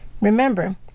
remember